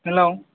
hello